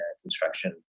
construction